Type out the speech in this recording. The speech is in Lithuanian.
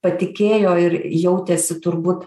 patikėjo ir jautėsi turbūt